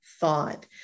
thought